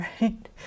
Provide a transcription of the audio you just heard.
right